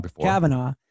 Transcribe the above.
Kavanaugh